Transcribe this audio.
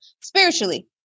spiritually